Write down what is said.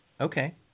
Okay